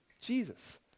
Jesus